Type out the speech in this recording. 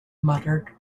muttered